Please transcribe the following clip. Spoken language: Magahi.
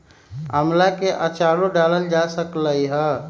आम्ला के आचारो डालल जा सकलई ह